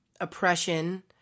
oppression